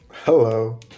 Hello